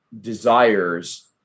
desires